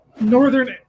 northern